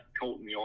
Colton